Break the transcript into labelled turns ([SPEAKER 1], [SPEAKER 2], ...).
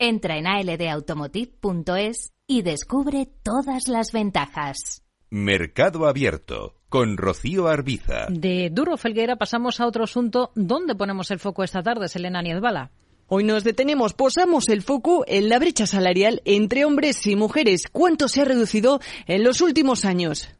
[SPEAKER 1] Entra en aldautomotive.es y descubre todas las ventajas.
[SPEAKER 2] Mercado Abierto, con Rocío Arbiza.
[SPEAKER 3] De Durro Felguera pasamos a otro asunto. ¿Dónde ponemos el foco esta tarde, Selena Niezbala?
[SPEAKER 4] Hoy nos detenemos. Posamos el foco en la brecha salarial entre hombres y mujeres. ¿Cuánto se ha reducido en los últimos años?